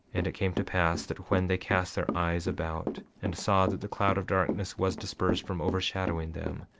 and it came to pass that when they cast their eyes about, and saw that the cloud of darkness was dispersed from overshadowing them,